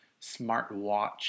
smartwatch